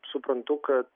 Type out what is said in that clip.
suprantu kad